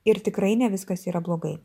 ir tikrai ne viskas yra blogai